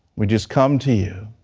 we just come to you,